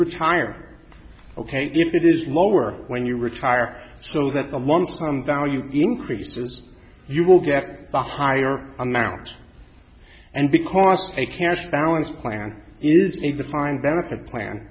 retire ok if it is lower when you retire so that the lump sum value increases you will get the higher amount and because take cash balance plan is in the fine benefit plan